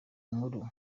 nkuru